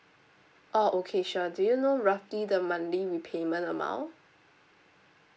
oh okay sure do you know roughly the monthly repayment amount